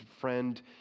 friend